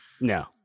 No